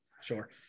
Sure